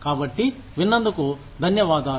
కాబట్టి విన్నందుకు ధన్యవాదాలు